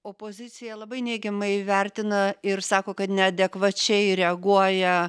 opozicija labai neigiamai vertina ir sako kad neadekvačiai reaguoja